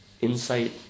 insight